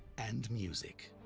and music.